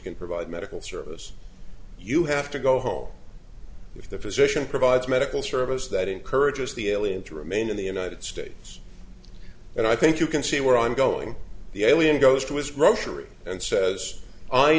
can provide medical service you have to go whole if the physician provides medical service that encourages the alien to remain in the united states and i think you can see where i'm going the alien goes to his grocery and says i